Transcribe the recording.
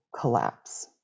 collapse